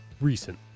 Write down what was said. recent